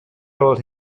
told